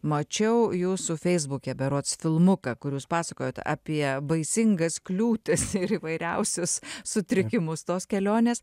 mačiau jūsų feisbuke berods filmuką kur jūs pasakojot apie baisingas kliūtis ir įvairiausius sutrikimus tos kelionės